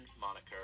moniker